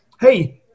Hey